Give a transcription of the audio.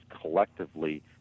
collectively